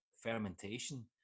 fermentation